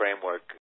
framework